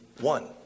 one